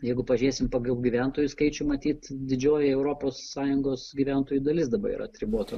jeigu pažiūrėsim pagal gyventojų skaičių matyt didžioji europos sąjungos gyventojų dalis dabar yra atribota